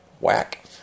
whack